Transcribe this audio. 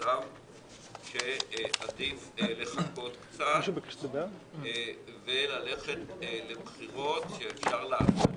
במצב שעדיף לחכות קצת וללכת לבחירות שאפשר לבצע